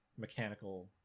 mechanical